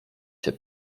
się